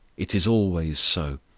it is always so.